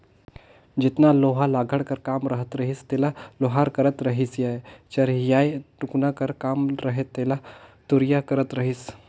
जेतना लोहा लाघड़ कर काम रहत रहिस तेला लोहार करत रहिसए चरहियाए टुकना कर काम रहें तेला तुरिया करत रहिस